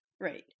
Right